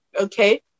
okay